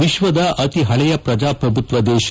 ವಿಶ್ವದ ಅತಿ ಹಳೆಯ ಪ್ರಜಾಪ್ರಭುತ್ವ ದೇಶ